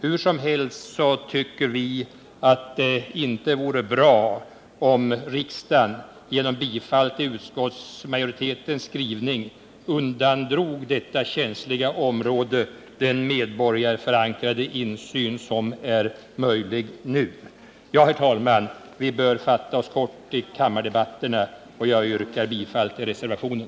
Hur som helst tycker vi att det inte vore bra om riksdagen genom bifall till utskottsmajoritetens skrivning undandrog detta känsliga område den medborgarförankrade insyn som är möjlig nu. Herr talman! Vi bör fatta oss kort i kammardebatterna. Jag yrkar bifall till reservationen.